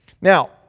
Now